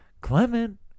Clement